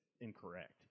incorrect